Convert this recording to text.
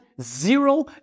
zero